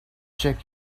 check